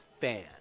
fan